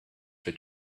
for